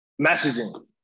Messaging